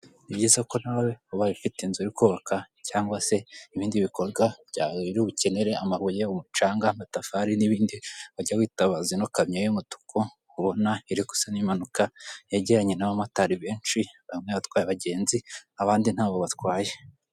Ni byiza ko nawe ubaye ufite inzu uri kubaka cyangwa se ibindi bikorwa byawe biri bukenere amabuye, umucanga, amatafari n'ibindi, wajya witabaza ino kamyo y'umutuku, ubona iri gusa n'imanuka, yegeranye n'abamotari benshi, bamwe batwaye abagenzi abandi ntabo batwaye.